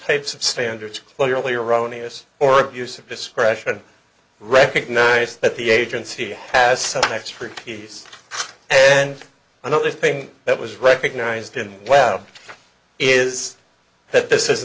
types of standards clearly erroneous or abuse of discretion recognized that the agency has some expertise and another thing that was recognized and well is that this is